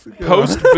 Post